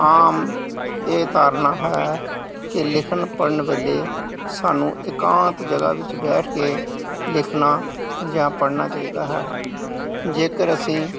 ਆਮ ਇਹ ਧਾਰਨਾ ਹੈ ਕਿ ਲਿਖਣ ਪੜ੍ਹਨ ਵੇਲੇ ਸਾਨੂੰ ਇਕਾਂਤ ਜਗ੍ਹਾ ਵਿੱਚ ਬੈਠ ਕੇ ਲਿਖਣਾ ਜਾਂ ਪੜ੍ਹਨਾ ਚਾਹੀਦਾ ਹੈ ਜੇਕਰ ਅਸੀਂ